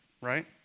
Right